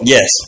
Yes